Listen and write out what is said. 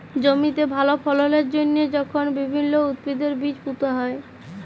জমিতে ভাল ফললের জ্যনহে যখল বিভিল্ল্য উদ্ভিদের বীজ পুঁতা হ্যয়